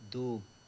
دو